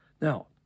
Now